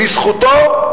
לזכותו,